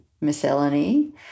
miscellany